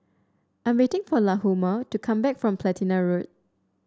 I'm waiting for Lahoma to come back from Platina Road